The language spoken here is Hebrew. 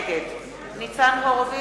נגד ניצן הורוביץ,